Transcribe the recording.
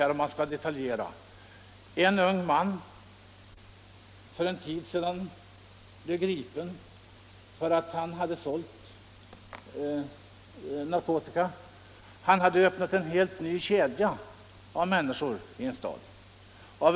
En ung man blev för en tid sedan gripen på grund av att han hade sålt narkotika. Han hade tagit kontakt med en lång kedja unga människor i en stad.